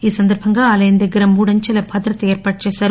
ఈ సందర్బంగా ఆలయం దగ్గర మూడంచెల భద్రతను ఏర్పాటు చేశారు